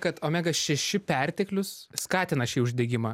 kad omega šeši perteklius skatina šį uždegimą